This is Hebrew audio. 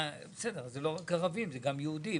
זה לא רק ערבים, זה גם יהודים.